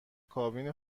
کابین